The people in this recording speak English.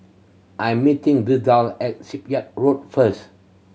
I am meeting Vidal at Shipyard Road first